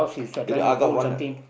the the I got one